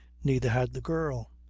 neither had the girl.